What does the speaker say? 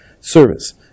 service